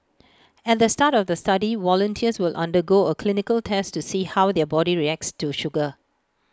at the start of the study volunteers will undergo A clinical test to see how their body reacts to sugar